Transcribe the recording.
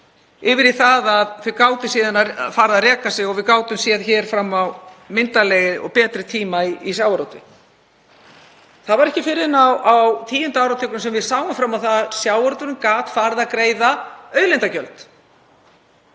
yfir í það að þau gátu síðan farið að reka sig og við gátum séð fram á myndarlegri og betri tíma í sjávarútvegi. Það var ekki fyrr en á tíunda áratugnum sem við sáum fram á að sjávarútvegurinn gat farið að greiða auðlindagjöld